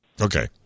Okay